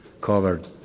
covered